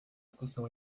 discussão